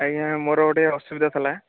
ଆଜ୍ଞା ମୋର ଗୋଟିଏ ଅସୁବିଧା ଥିଲା